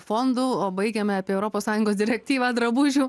fondu o baigiame apie europos sąjungos direktyvą drabužių